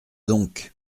donc